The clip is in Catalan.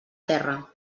terra